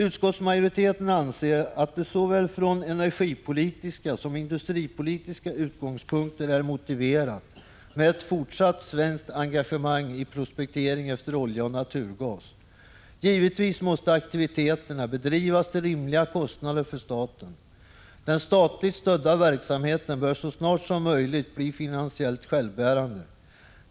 Utskottsmajoriteten anser att det från såväl energipolitiska som industripolitiska utgångspunkter är motiverat med ett fortsatt svenskt engagemang i prospektering efter olja och naturgas. Givetvis måste aktiviteterna bedrivas till rimliga kostnader för staten. Den statligt stödda verksamheten bör så snart som möjligt bli finansiellt självbärande.